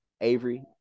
avery